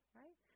right